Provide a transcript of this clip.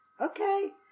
Okay